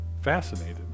fascinated